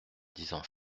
disant